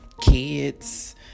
kids